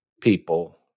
people